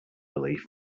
relief